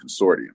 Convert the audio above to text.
Consortium